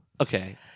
Okay